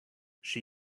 she